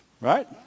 Right